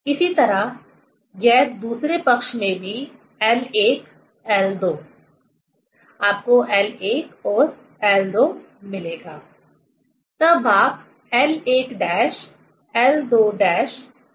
इसी तरह यह दूसरे पक्ष में भी l1 l2 आपको l1 और l2 मिलेगा तब आप l1 डैश l2 डैश प्राप्त कर सकते हैं